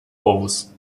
powóz